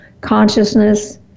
consciousness